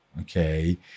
okay